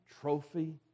trophy